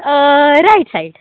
right side